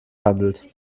handelt